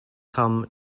come